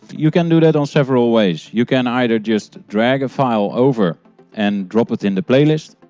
you can do that in several ways, you can either just drag a file over and drop it in the playlist,